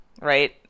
right